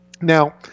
Now